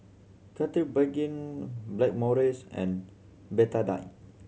Blackmores and Betadine